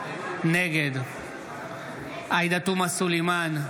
נגד עאידה תומא סלימאן,